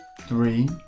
Three